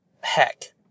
heck